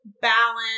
Balance